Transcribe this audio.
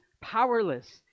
powerless